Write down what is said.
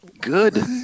Good